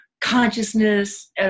consciousness